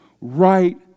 right